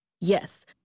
yes